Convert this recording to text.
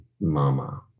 mama